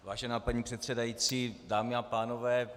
Vážená paní předsedající, dámy a pánové.